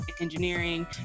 engineering